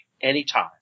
anytime